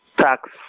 tax